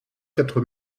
quatre